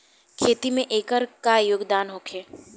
खेती में एकर का योगदान होखे?